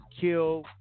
kill